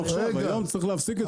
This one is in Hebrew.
היום צריך להפסיק את זה.